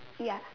ya